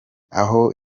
aho